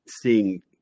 seeing